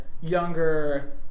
younger